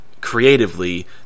creatively